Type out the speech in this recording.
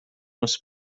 nos